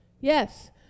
Yes